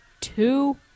two